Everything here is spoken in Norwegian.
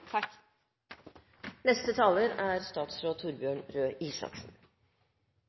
Neste taler er